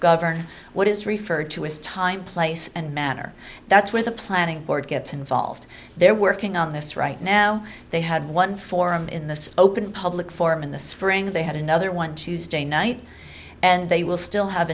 govern what is referred to as time place and manner that's when the planning board gets involved they're working on this right now they had one forum in this open public forum in the spring they had another one tuesday night and they will still i have